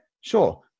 sure